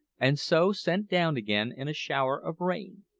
and so sent down again in a shower of rain.